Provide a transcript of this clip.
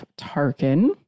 Tarkin